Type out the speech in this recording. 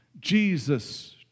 Jesus